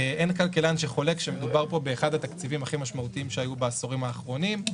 שחולק שמדובר פה באחד התקציבים הכי משמעותיים שהיו בעשורים האחרונים.